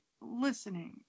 listening